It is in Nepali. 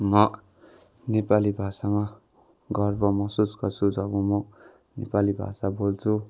म नेपाली भाषामा गर्व महसुस गर्छु जब म नेपाली भाषा बोल्छु